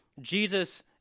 Jesus